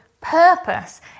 purpose